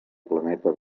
planeta